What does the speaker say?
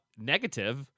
negative –